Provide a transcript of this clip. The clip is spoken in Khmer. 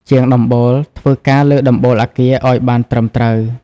ជាងដំបូលធ្វើការលើដំបូលអគារឱ្យបានត្រឹមត្រូវ។